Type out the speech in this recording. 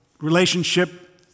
relationship